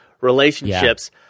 relationships